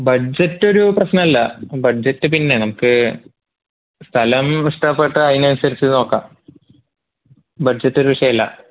ബഡ്ജറ്റൊരു പ്രശ്നമല്ല ബഡ്ജറ്റ് പിന്നെ നമുക്ക് സ്ഥലം ഇഷ്ടപെട്ടാൽ അതിനനുസരിച്ച് നോക്കാം ബഡ്ജറ്റൊരു വിഷയമല്ല